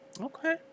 Okay